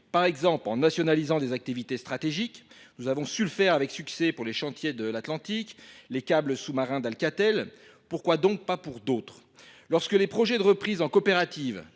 Par exemple, en nationalisant des activités stratégiques, nous avons su le faire avec succès pour les chantiers de l'Atlantique, les câbles sous-marins d'Alcatel. Pourquoi donc pas pour d'autres ? Lorsque les projets de reprise en coopérative